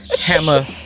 hammer